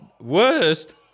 worst